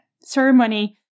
ceremony